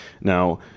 Now